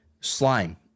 slime